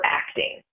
acting